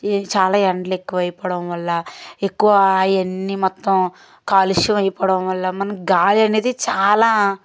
ఏ చాలా ఎండలు ఎక్కువైపోవడం వల్ల ఎక్కువై ఆయన్ని మొత్తం కాలుష్యం అయిపోవడం వల్ల మనకి గాలి అనేది చాలా